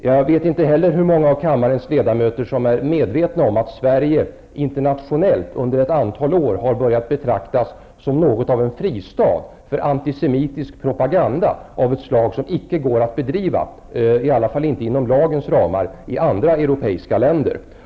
Jag vet inte heller hur många av kammarens ledamöter som är medvetna om att Sverige internationellt sedan ett antal år har betraktats som något av en fristad för antisemitisk propaganda av ett slag som icke går att bedriva -- i alla fall inte inom lagens ramar -- i andra europeiska länder.